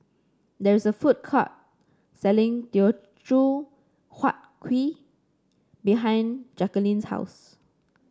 there is a food court selling Teochew Huat Kuih behind Jacquelin's house